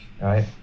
right